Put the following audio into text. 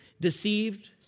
deceived